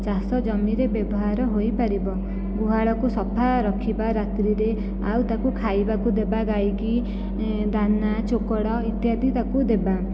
ଚାଷ ଜମିରେ ବ୍ୟବହାର ହୋଇପାରିବ ଗୁହାଳକୁ ସଫା ରଖିବା ରାତିରେ ଆଉ ତାକୁ ଖାଇବାକୁ ଦେବା ଗାଈକି ଦାନା ଚୋକଡ଼ ଇତ୍ୟାଦି ତାକୁ ଦେବା